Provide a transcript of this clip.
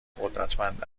قدرتمند